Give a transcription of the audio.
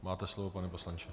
Máte slovo, pane poslanče.